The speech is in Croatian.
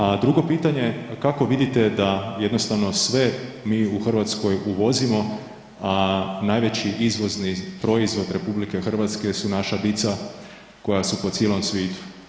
A drugo pitanje, kako vidite da jednostavno sve mi u Hrvatskoj uvozimo a najveći izvozni proizvod su naša dica koja su po cilom svitu?